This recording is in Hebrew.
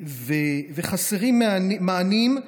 חסרים מענים,